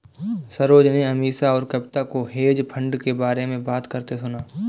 सरोज ने अमीषा और कविता को हेज फंड के बारे में बात करते सुना